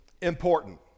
important